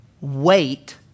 wait